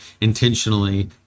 intentionally